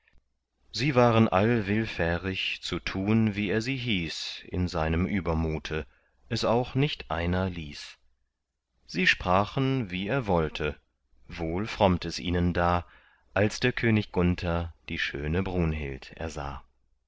sie waren all willfährig zu tun wie er sie hieß in seinem übermute es auch nicht einer ließ sie sprachen wie er wollte wohl frommt es ihnen da als der könig gunther die schöne brunhild ersah